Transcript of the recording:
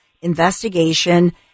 investigation